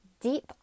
deep